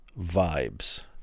vibes